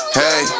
hey